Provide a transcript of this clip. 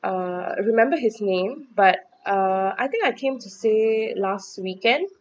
uh remember his name but uh I think I came to stay last weekend